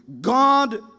God